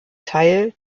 teil